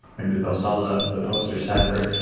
and but they'll sell the the posters separate